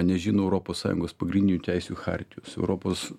nežino europos sąjungos pagrindinių teisių chartijos europos